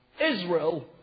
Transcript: Israel